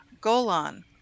Golan